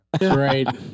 Right